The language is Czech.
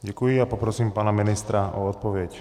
Děkuji a poprosím pana ministra o odpověď.